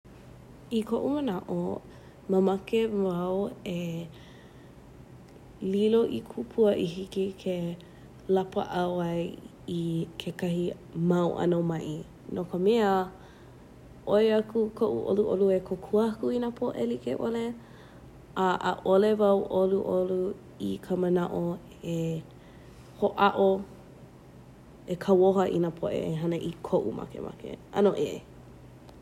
I koʻu manaʻo, mamake wau e lilo i kupua i hiki ke lapaʻau ai i kekahi mau ʻano maʻi no ka mea oi aku koʻu ʻoluʻolu e kōkua aku i nā poʻe e like ʻole, a ʻaʻole wau ʻoluʻolu i ka manaʻo e hoʻaʻo e kauoha i nā poʻe e hana i koʻu makemake, ano ʻe.